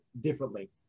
differently